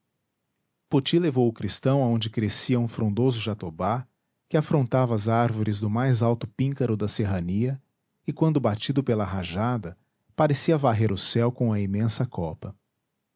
poti levou o cristão aonde crescia um frondoso jatobá que afrontava as árvores do mais alto píncaro da serrania e quando batido pela rajada parecia varrer o céu com a imensa copa